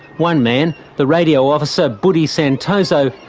one man, the radio officer, budi santoso,